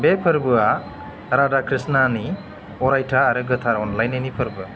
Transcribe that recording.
बे फोरबोआ राधा कृष्णानि अरायथा आरो गोथार अनलायनायनि फोरबो